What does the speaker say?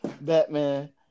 Batman